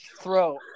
throw